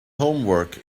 homework